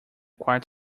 quite